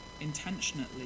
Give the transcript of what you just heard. intentionally